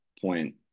point